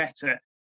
better